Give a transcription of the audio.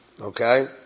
Okay